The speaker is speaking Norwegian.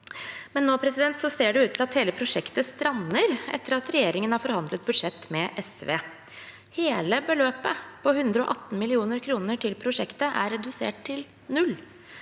pst. uføre, men nå ser det ut til at hele prosjektet strander etter at regjeringen har forhandlet budsjett med SV. Hele beløpet på 118 mill. kr til prosjektet er redusert til null.